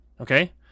Okay